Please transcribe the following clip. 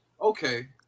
Okay